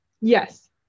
Yes